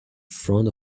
front